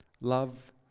Love